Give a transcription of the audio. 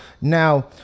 now